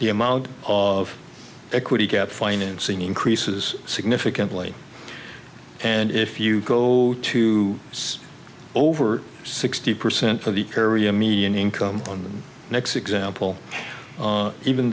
the amount of equity get financing increases significantly and if you go to over sixty percent of the area median income in the next example even